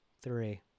Three